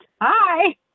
Hi